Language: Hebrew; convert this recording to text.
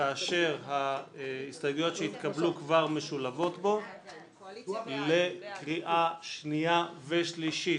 כאשר ההסתייגות שהתקבלו כבר משולבות בו לקראת קריאה שנייה ושלישית.